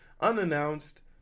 unannounced